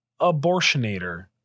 abortionator